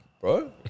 Bro